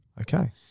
Okay